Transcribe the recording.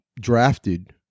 drafted